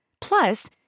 Plus